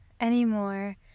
anymore